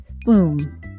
Boom